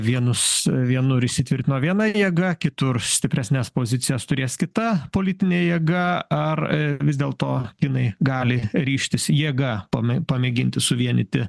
vienus vienur įsitvirtino viena jėga kitur stipresnes pozicijas turės kita politinė jėga ar vis dėlto kinai gali ryžtis jėga pami pamėginti suvienyti